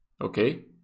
Okay